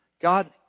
God